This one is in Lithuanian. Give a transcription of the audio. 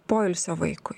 poilsio vaikui